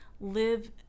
live